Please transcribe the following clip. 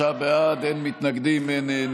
אם כך, 23 בעד, אין מתנגדים, אין נמנעים.